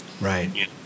Right